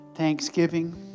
Thanksgiving